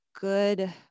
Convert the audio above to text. good